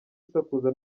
usakuza